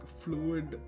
fluid